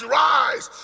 rise